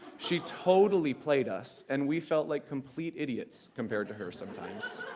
she totally played us, and we felt like complete idiots compared to her sometimes.